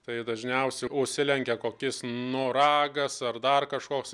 tai dažniausiai užsilenkia kokis noragas ar dar kažkoks